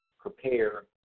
prepare